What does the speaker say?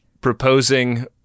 proposing